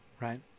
right